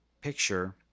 picture